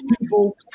people